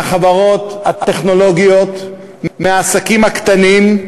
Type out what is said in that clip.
מהחברות הטכנולוגיות, מהעסקים הקטנים,